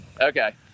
Okay